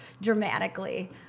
dramatically